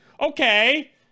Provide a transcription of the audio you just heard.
okay